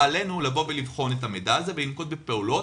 עלינו לבחון את המידע הזה ולנקוט בפעולות.